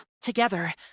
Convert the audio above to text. Together